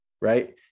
Right